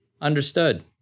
Understood